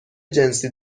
جنسی